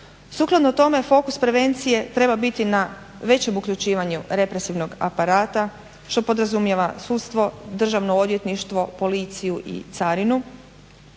Sukladno tome fokus prevencije treba biti na većem uključivanju represivnog aparata što podrazumijeva sudstvo, Državno odvjetništvo, Policiju i Carinu,